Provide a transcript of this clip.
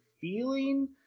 feeling